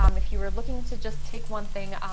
um if you're looking to just take one thing,